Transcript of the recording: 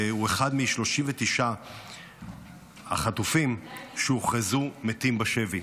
והוא אחד מ-39 החטופים שהוכרזו מתים בשבי.